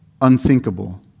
unthinkable